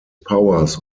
powers